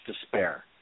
despair